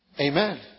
Amen